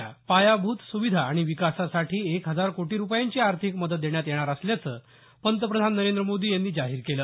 ला पायाभूत सुविधा आणि विकासासाठी एक हजार कोटी रुपयांची आर्थिक मदत देण्यात येणार असल्याचं पंतप्रधान नरेंद्र मोदी यांनी जाहिर केलं